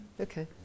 okay